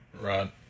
right